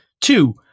Two